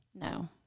No